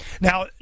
Now